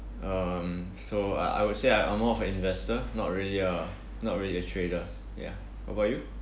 um so I I would say I I'm more of a investor not really a not really a trader ya what about you